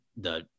the-